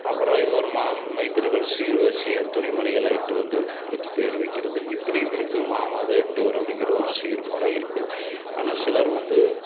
அப்பறம் இது ஒரு மாமன் மைத்துனர்கள் சீர் வரிசையாக துணிமணிகள்லாம் எடுத்ட்டு வந்து கொடுத்து பேர் வைக்கிறது இப்படியும் இருக்கு மாமாதான் எடுத்ட்டு வரணு அப்டிங்கிற ஒரு சீர் முறை இருக்கு ஆனால் சிலர் வந்து